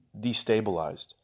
destabilized